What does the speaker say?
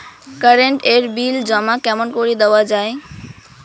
Current এর bill জমা কেমন করি দেওয়া যায়?